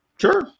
Sure